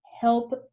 help